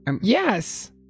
yes